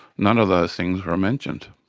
none of those things were mentioned.